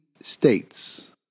states